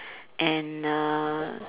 and uh